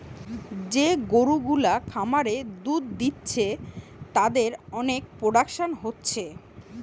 যে গরু গুলা খামারে দুধ দিচ্ছে তাদের অনেক প্রোডাকশন হচ্ছে